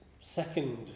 second